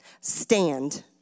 Stand